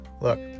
Look